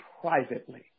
privately